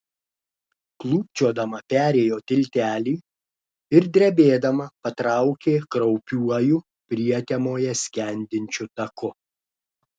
klūpčiodama perėjo tiltelį ir drebėdama patraukė kraupiuoju prietemoje skendinčiu taku